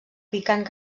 picant